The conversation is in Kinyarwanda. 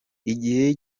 igihe